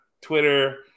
Twitter